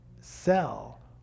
sell